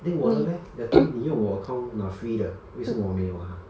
then 我的 leh that time 你用我 account 拿 free 的为什么我没有啊